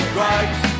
right